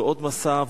ועוד מסע,